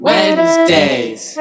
Wednesdays